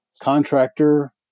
contractor